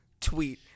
tweet